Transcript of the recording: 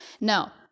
now